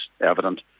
evident